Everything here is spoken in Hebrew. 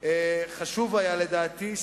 חשוב היה לדעתי,